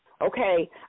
okay